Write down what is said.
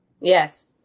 Yes